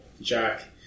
Jack